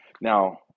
Now